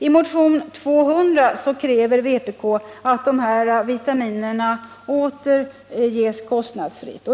I motionen 200 kräver vpk att dessa vitaminer åter ges kostnadsfritt.